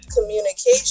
communication